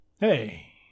Hey